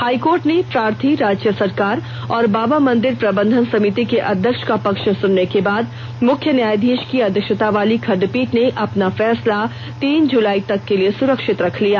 high court ने प्रार्थी राज्य सरकार और बाबा मंदिर प्रबंधन समिति के अध्यक्ष का पक्ष सुनने के बाद मुख्य न्यायाधीष की अध्यक्षतावाली खंडपीठ ने अपना फैसला तीन जुलाई तक के लिए सुरक्षित रख लिया